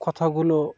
কথাগুলো